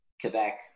Quebec